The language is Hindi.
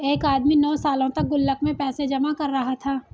एक आदमी नौं सालों तक गुल्लक में पैसे जमा कर रहा था